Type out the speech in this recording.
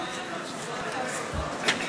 אני מודע לכך שהמעשה שלי היה מעשה חריג,